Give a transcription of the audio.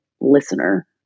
listener